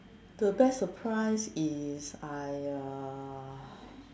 the best surprise is I uh